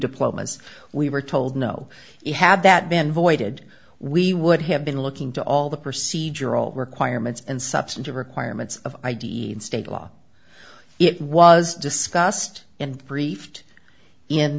diplomas we were told no it had that been avoided we would have been looking to all the procedural requirements and substantive requirements of id and state law it was discussed in briefed in